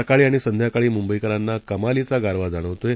सकाळीआणिसंध्याकाळीमुंबईकरांनाकमालीचागारवाजाणवतआहे